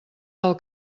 del